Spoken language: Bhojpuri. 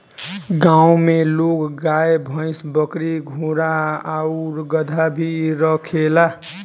गांव में लोग गाय, भइस, बकरी, घोड़ा आउर गदहा भी रखेला